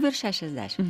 virš šešiasdešimt